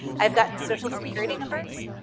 i've gotten social security numbers.